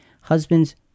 Husbands